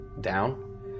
down